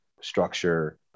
structure